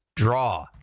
Draw